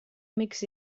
amics